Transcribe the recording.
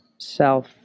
self